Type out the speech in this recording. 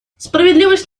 справедливость